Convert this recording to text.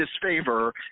disfavor